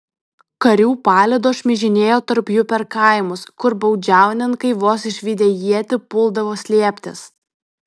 karių palydos šmižinėjo tarp jų per kaimus kur baudžiauninkai vos išvydę ietį puldavo slėptis